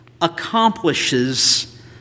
accomplishes